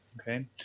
Okay